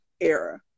era